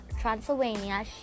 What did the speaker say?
Transylvania